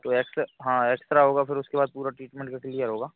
तो एक्सरा हाँ एक्सरा होगा फ़िर उसके बाद पूरा ट्रीटमेन्ट का क्लियर होगा